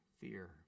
Fear